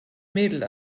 mädel